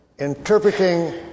interpreting